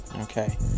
Okay